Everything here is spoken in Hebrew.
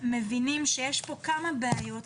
מבינים שיש פה כמה בעיות.